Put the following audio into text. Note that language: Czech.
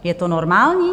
Je to normální?